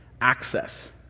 access